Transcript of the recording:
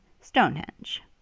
Stonehenge